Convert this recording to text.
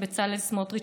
בצלאל סמוטריץ,